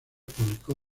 publicó